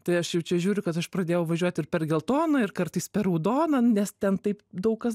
tai aš jau čia žiūriu kad aš pradėjau važiuot ir per geltoną ir kartais per raudoną nes ten taip daug kas